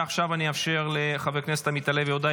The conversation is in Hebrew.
עכשיו אני אאפשר לחבר הכנסת עמית הלוי הודעה